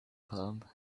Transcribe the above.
club